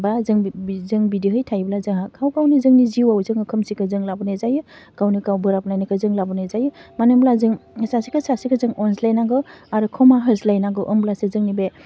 बा जों बि बि जों बिदिहाय थायोब्ला जोंहा गाव गावनि जोंनि जिउआव जोङो खोमसिखौ जों लाबोनाय जायो गावनि गाव बोराबलायनायखौ जों लाबोनाय जायो मोनो होमब्ला जों सासेखौ सासेखौ जों अनज्लायनांगौ आरो खमा होस्लायनंगौ ओमब्लासो जोंनि बे